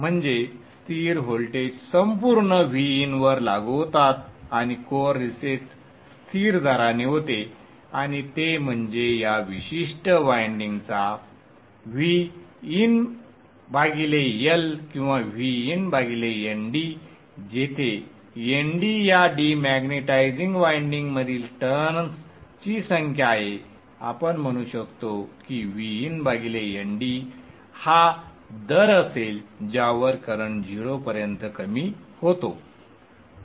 म्हणजे स्थिर व्होल्टेज संपूर्ण Vin वर लागू होतात आणि कोअर रीसेट स्थिर दराने होते आणि ते म्हणजे या विशिष्ट वायंडिंगचा VinL किंवा VinNd जेथे Nd या डिमॅग्नेटिझिंग वायंडिंगमधील टर्न्स ची संख्या आहे आपण म्हणू शकतो की VinNd हा दर असेल ज्यावर करंट 0 पर्यंत कमी होतो